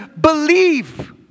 Believe